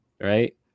Right